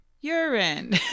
urine